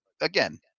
again